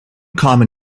common